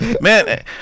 Man